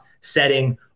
setting